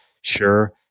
sure